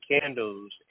candles